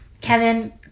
Kevin